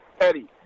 Eddie